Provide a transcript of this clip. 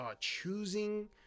choosing